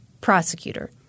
Prosecutor